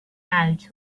out